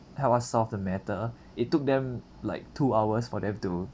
help us solve the matter it took them like two hours for them to